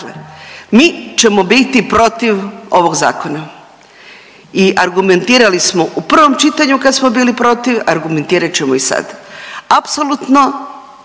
mi ćemo biti protiv ovog zakona i argumentirali smo u prvom čitanju kad smo bili protiv, argumentirat ćemo i sad. Apsolutno